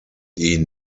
ihn